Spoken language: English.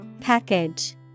Package